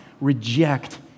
reject